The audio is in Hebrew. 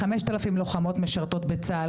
5,000 לוחמות משרתות בצה"ל,